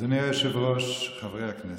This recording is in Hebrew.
אדוני היושב-ראש, חברי הכנסת,